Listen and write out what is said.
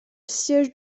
siège